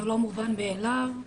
זה לא מובן מאליו.